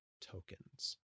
tokens